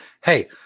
hey